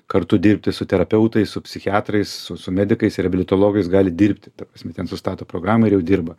kartu dirbti su terapeutais su psichiatrais su medikais reabilitologais gali dirbti ta prasme ten sustato programą ir jau dirba